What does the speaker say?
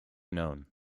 known